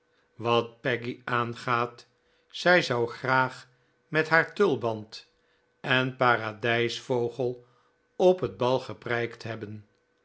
wat peggy aangaat zij zou graag met haar tulband en paradijsvogel op het bal geprijkt hebben